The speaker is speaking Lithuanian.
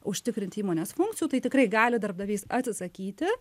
užtikrinti įmonės funkcijų tai tikrai gali darbdavys atsisakyti